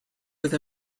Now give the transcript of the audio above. with